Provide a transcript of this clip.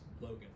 Logan